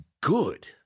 good